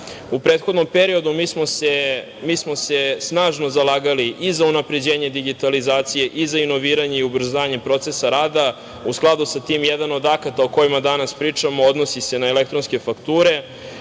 prethodnom periodu mi smo se snažno zalagali i za unapređenje digitalizacije i za inoviranje i ubrzanje procesa rada. U skladu sa tim, jedan od akata o kojima danas pričamo odnosi se na elektronske fakture